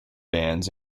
bands